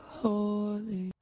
holy